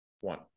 One